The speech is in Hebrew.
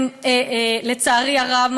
לצערי הרב,